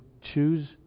choose